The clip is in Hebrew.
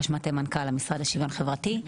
ראש מטה מנכ"ל המשרד לשוויון חברתי.